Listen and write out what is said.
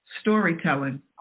Storytelling